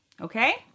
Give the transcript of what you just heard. okay